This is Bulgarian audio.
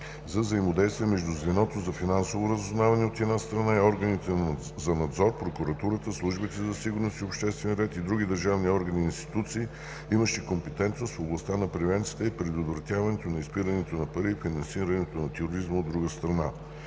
за взаимодействие между звеното за финансово разузнаване, от една страна, и органите за надзор, прокуратурата, службите за сигурност и обществен ред и други държавни органи и институции, имащи компетентност в областта на превенцията и предотвратяването на изпирането на пари и финансирането на тероризма, от друга страна.